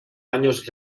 años